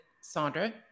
Sandra